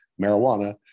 marijuana